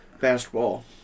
Basketball